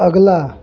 अगला